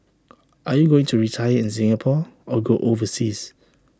are you going to retire in Singapore or go overseas